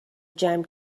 جمع